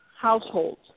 households